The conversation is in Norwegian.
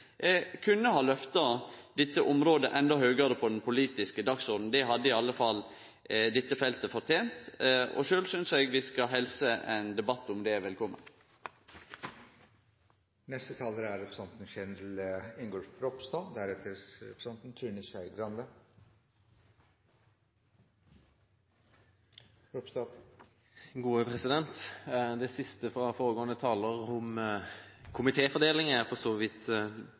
kunne ha løfta dette området endå høgare på den politiske dagsordenen. Det hadde i alle fall dette feltet fortent. Sjølv synest eg vi skal helse ein debatt om det velkomen. Når det gjelder komitefordeling, er jeg for så vidt langt på vei enig i det representanten Sande nettopp sa. Det er i hvert fall en debatt som er